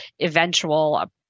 eventual